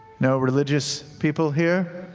no religious people here?